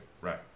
right